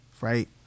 right